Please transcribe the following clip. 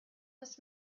this